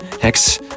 Hex